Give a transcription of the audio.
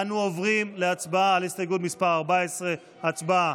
אנו עוברים להצבעה על הסתייגות מס' 14. הצבעה.